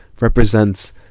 represents